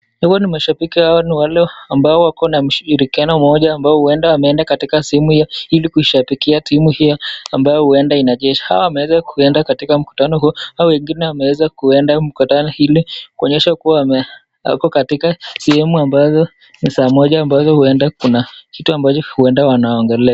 Hawa ni mashabiki hawa ni wale ambao wako na mshirikiano mmoja ambapo huenda ameenda katika sehemu ili kushabikia timu hiyo ambayo huenda inachez. Hao wameweza kuenda katika mkutano huu hao wengine wameweza kuenea mkutano Ile kuonyesha kuwa wako katika sehemu ambazo huenda kuona kitu ambacho huenda anaongelelea.